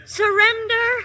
surrender